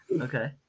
Okay